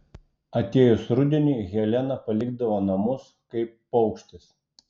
atėjus rudeniui helena palikdavo namus kaip paukštis